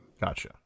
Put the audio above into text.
Gotcha